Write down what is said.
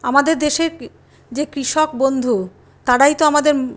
আমাদের দেশের যে কৃষক বন্ধু তারাই তো আমাদের